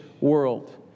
world